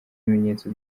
ibimenyetso